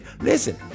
Listen